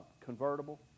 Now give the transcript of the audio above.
convertible